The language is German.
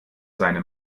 seine